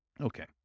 Okay